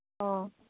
ᱚᱼᱚ